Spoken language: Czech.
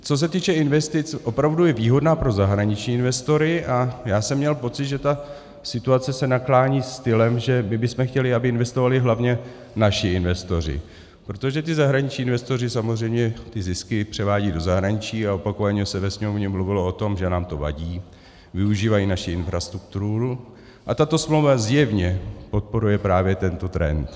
Co se týče investic, opravdu je výhodná pro zahraniční investory, a já jsem měl pocit, že ta situace se naklání stylem, že my bychom chtěli, aby investovali hlavně naši investoři, protože ti zahraniční investoři samozřejmě ty zisky převádějí do zahraničí, a opakovaně se ve Sněmovně mluvilo o tom, že nám to vadí, využívají naši infrastrukturu, a tato smlouva zjevně podporuje právě tento trend.